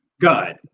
Good